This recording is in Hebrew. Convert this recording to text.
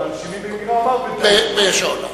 ועל שמעי אמר: "בדם שאולה".